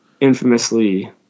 infamously